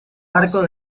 arcos